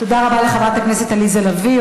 תודה רבה לחברת הכנסת עליזה לביא.